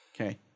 Okay